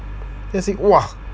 then I see !wah!